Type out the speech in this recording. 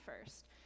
first